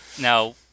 Now